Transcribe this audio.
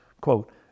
quote